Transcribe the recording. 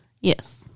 Yes